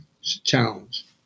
challenge